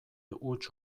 huts